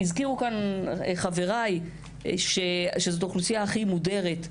הזכירו חבריי שזו אוכלוסייה הכי מודרת.